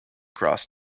cross